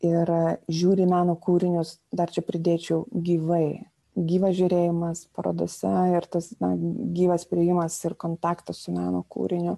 ir žiūri į meno kūrinius dar pridėčiau gyvai gyvas žiūrėjimas parodose ir tas na gyvas priėjimas ir kontaktas su meno kūriniu